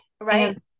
right